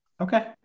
Okay